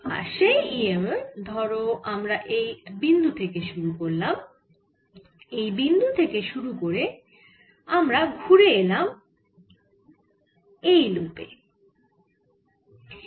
আর সেই e m f ধরো আমরা এই বিন্দু থেকে শুরু করলাম এই বিন্দু থেকে শুরু করে আমরা ঘুরে এলাম এই লুপে